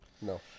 No